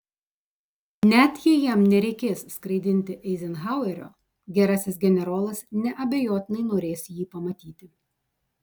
net jei jam nereikės skraidinti eizenhauerio gerasis generolas neabejotinai norės jį pamatyti